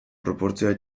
proportzioa